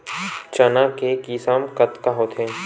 चना के किसम कतका होथे?